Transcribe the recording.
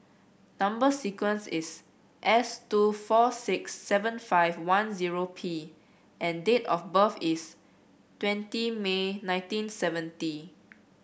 number sequence is S two four six seven five one zero P and date of birth is twenty May nineteen seventy